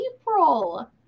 April